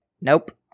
Nope